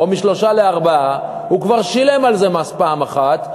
ומשלושה לארבעה הוא כבר שילם על זה מס פעם אחת,